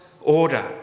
order